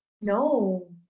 No